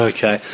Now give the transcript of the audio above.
Okay